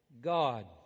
God